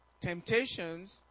Temptations